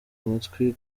amatwi